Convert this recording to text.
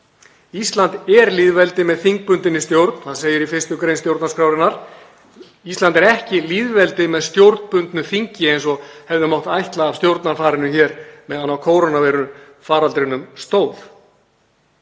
Ísland er lýðveldi með þingbundinni stjórn. Það segir í 1. gr. stjórnarskrárinnar. Ísland er ekki lýðveldi með stjórnbundnu þingi eins og hefði mátt ætla af stjórnarfarinu hér meðan á kórónuveirufaraldrinum stóð.